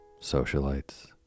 socialites